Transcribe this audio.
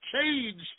changed